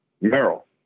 Merrill